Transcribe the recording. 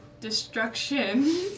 Destruction